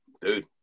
dude